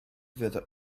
fyddai